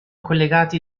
collegati